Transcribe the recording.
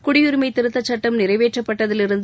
குடியுரிமை திருத்த சட்டம் நிறைவேற்றப்பட்டதிலிருந்து